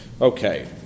Okay